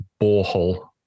borehole